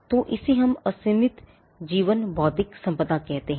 तो इसे हम असीमित जीवन बौद्धिक संपदा कहते हैं